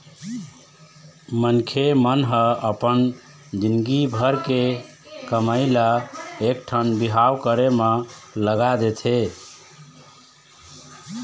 मनखे मन ह अपन जिनगी भर के कमई ल एकठन बिहाव करे म लगा देथे